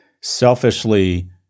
selfishly